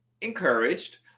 encouraged